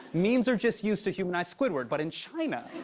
memes are just used to humanize squidward, but in china,